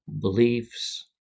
beliefs